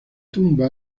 tumba